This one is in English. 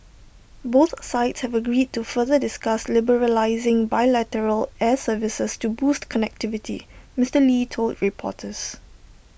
both sides have agreed to further discuss liberalising bilateral air services to boost connectivity Mister lee told reporters